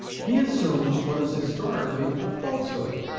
he assumes what is historically a falsehood.